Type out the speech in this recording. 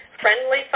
Friendly